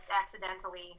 accidentally